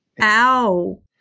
Ow